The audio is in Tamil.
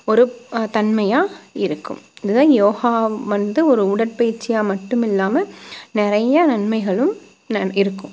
ஒரு தன்மையாக இருக்கும் இதுதான் யோகா வந்து ஒரு உடற்பயிற்சியாக மட்டுமில்லாம நிறைய நன்மைகளும் இருக்கும்